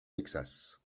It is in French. texas